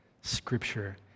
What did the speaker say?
Scripture